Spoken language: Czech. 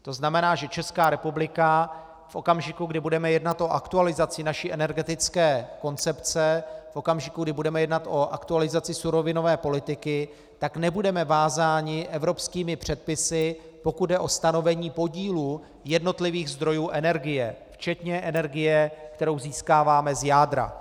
To znamená, že Česká republika v okamžiku, kdy budeme jednat o aktualizaci naší energetické koncepce, v okamžiku, kdy budeme jednat o aktualizaci surovinové politiky, tak nebudeme vázáni evropskými předpisy, pokud jde o stanovení podílu jednotlivých zdrojů energie, včetně energie, kterou získáváme z jádra.